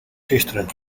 gisteren